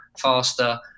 faster